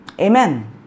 Amen